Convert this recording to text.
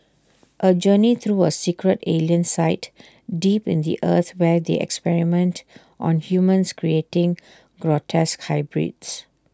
A journey through A secret alien site deep in the earth where they experiment on humans creating grotesque hybrids